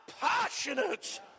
passionate